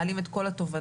מעלים את כל התובנות